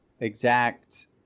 exact